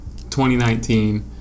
2019